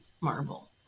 marble